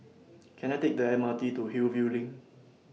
Can I Take The M R T to Hillview LINK